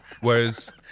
whereas